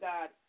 God